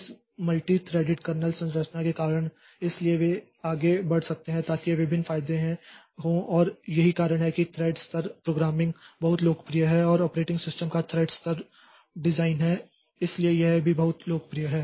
इस multithreaded kernel संरचना के कारण इसलिए वे वे आगे बढ़ सकते हैं ताकि यह विभिन्न फायदे हों और यही कारण है कि थ्रेड स्तर प्रोग्रामिंग बहुत लोकप्रिय है और ऑपरेटिंग सिस्टम का थ्रेड स्तर डिजाइन है इसलिए यह भी बहुत लोकप्रिय है